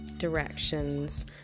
directions